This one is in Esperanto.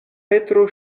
petro